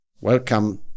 Welcome